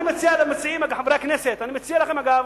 אני מציע למציעים, חברי הכנסת, אני מציע לכם אגב,